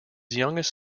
youngest